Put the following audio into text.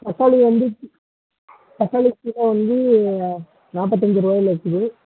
தக்காளி வந்து தக்காளி கிலோ வந்து நாற்பத்தஞ்சி ருவாயில் இருக்குது